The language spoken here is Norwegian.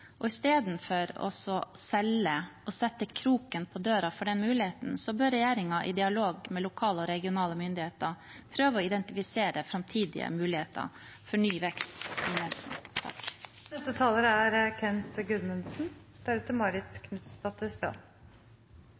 og forskning, og i stedet for å selge og sette kroken på døra for den muligheten bør regjeringen i dialog med lokale og regionale myndigheter prøve å identifisere framtidige muligheter for ny vekst